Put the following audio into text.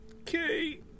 Okay